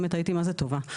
באמת הייתי מזה טובה.